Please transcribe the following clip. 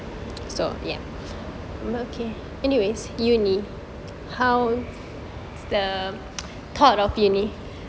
so ya